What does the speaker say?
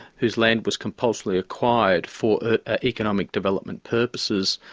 whose land was compulsorily acquired for economic development purposes,